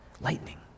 lightning